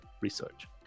research